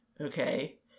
okay